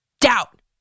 doubt